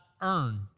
earn